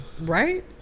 right